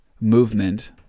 movement